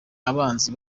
abanzi